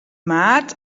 maart